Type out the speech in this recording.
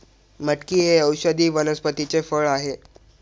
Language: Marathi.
मटकी हे औषधी वनस्पतीचे फळ आहे